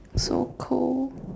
so cold